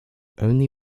only